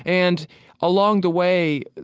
and along the way,